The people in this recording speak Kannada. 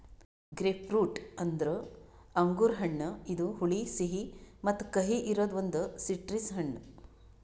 ಗ್ರೇಪ್ಫ್ರೂಟ್ ಅಂದುರ್ ಅಂಗುರ್ ಹಣ್ಣ ಇದು ಹುಳಿ, ಸಿಹಿ ಮತ್ತ ಕಹಿ ಇರದ್ ಒಂದು ಸಿಟ್ರಸ್ ಹಣ್ಣು